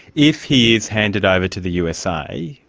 if he is handed over to the usa,